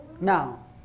Now